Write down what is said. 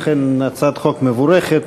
אכן, הצעת חוק מבורכת.